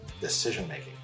decision-making